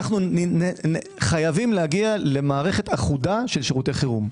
אנו חייבים להגיע למערכת אחודה של שירותי חירום.